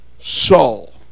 Saul